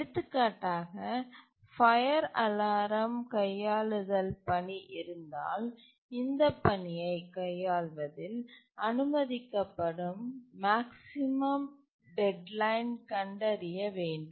எடுத்துக்காட்டாக fire alarm கையாளுதல் பணி இருந்தால் இந்த பணியைக் கையாள்வதில் அனுமதிக்கப்படும் மேக்ஸிமம் டெட்லைன்ஐ கண்டறிய வேண்டும்